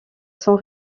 sans